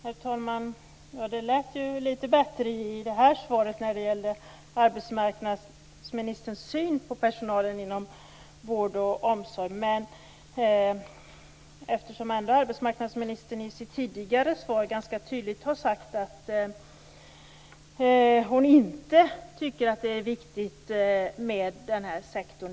Herr talman! Det lät litet bättre i det här svaret när det gäller arbetsmarknadsministerns syn på personalen inom vård och omsorg. Men hon har ändå i sitt tidigare svar ganska tydligt sagt att hon inte tycker att den här sektorn är viktig.